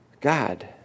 God